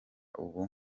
ubu